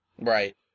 Right